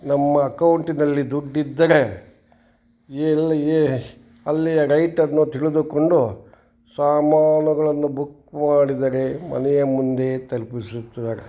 ನಮ್ಮ ಅಕೌಂಟಿನಲ್ಲಿ ದುಡ್ಡು ಇದ್ದರೆ ಎಲ್ಲಿಯೇ ಅಲ್ಲಿಯ ರೈಟನ್ನು ತಿಳಿದುಕೊಂಡು ಸಾಮಾನುಗಳನ್ನು ಬುಕ್ ಮಾಡಿದರೆ ಮನೆಯ ಮುಂದೆ ತಲುಪಿಸುತ್ತಾರೆ